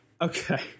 okay